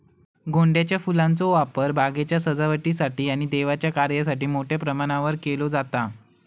गोंड्याच्या फुलांचो वापर बागेच्या सजावटीसाठी आणि देवाच्या कार्यासाठी मोठ्या प्रमाणावर केलो जाता